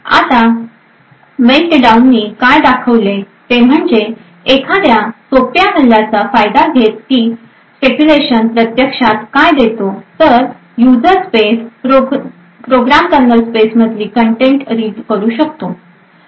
आता मेल्टडाउनने काय दाखविले ते म्हणजे एखाद्या सोप्या हल्ल्याचा फायदा घेत की स्पेक्युलेशन प्रत्यक्षात काय देतो तर युजर स्पेस प्रोग्राम कर्नल स्पेसमधील सामग्री रीड करू शकतो